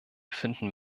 finden